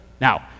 Now